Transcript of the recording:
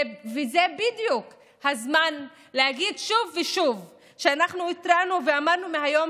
זה בדיוק הזמן להגיד שוב ושוב שאנחנו התרענו ואמרנו מהיום